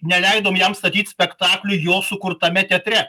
neleidom jam statyt spektaklį jo sukurtame teatre